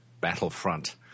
Battlefront